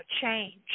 change